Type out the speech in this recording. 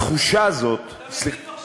התחושה הזאת, אתה מטיף עכשיו.